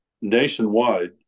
nationwide